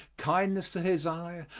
kindness to his eye,